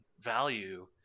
value